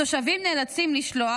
התושבים נאלצים לשלוח,